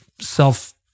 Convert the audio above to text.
self